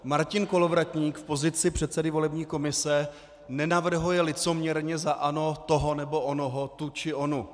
Martin Kolovratník v pozici předsedy volební komise nenavrhuje licoměrně za ANO toho nebo onoho, tu či onu.